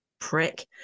prick